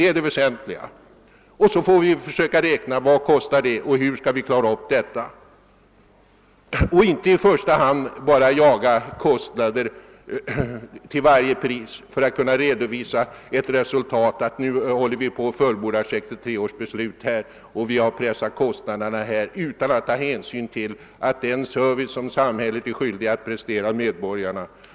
Sedan får vi försöka räkna ut hur mycket det kostar och hur vi skall kunna klara av saken. Vi får inte till varje pris bara jaga kostnader för att kunna påvisa att nu håller vi på med att verkställa 1963 års beslut utan att samtidigt sörja för den trafikservice samhället är skyldigt att lämna medborgarna.